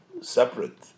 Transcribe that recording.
separate